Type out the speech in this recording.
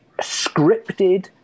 scripted